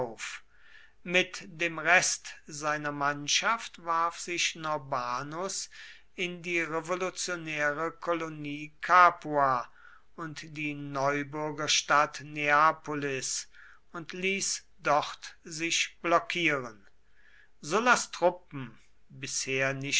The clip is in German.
mit dem rest seiner mannschaft warf sich norbanus in die revolutionäre kolonie capua und die neubürgerstadt neapolis und ließ dort sich blockieren sullas truppen bisher